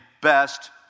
best